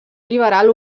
liberal